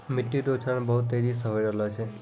मिट्टी रो क्षरण बहुत तेजी से होय रहलो छै